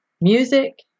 music